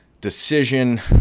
decision